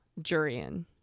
Jurian